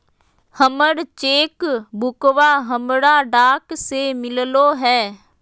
हमर चेक बुकवा हमरा डाक से मिललो हे